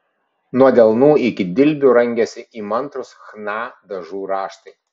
nuo delnų iki dilbių rangėsi įmantrūs chna dažų raštai